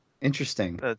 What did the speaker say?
Interesting